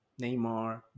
Neymar